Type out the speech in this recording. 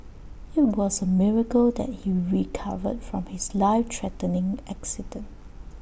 IT was A miracle that he recovered from his life threatening accident